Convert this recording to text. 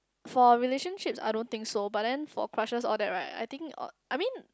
for relationships I don't think so but then for crushes all that right I think I mean